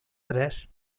tres